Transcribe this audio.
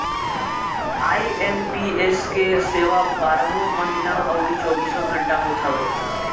IMPS के सेवा बारहों महिना अउरी चौबीसों घंटा होत हवे